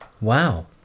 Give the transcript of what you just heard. Wow